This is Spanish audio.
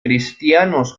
cristianos